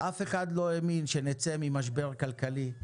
אף אחד לא האמין שנצא ממשבר כלכלי,